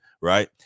right